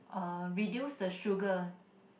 uh reduce the sugar